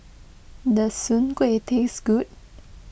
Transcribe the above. does Soon Kuih taste good